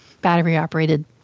battery-operated